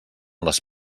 les